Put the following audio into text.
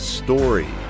story